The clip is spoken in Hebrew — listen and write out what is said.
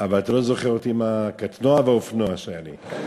אבל אתה לא זוכר אותי עם הקטנוע והאופנוע שהיה לי.